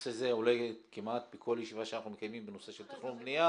הנושא הזה עולה כמעט בכל ישיבה שאנחנו מקיימים בנושא של תכנון ובניה.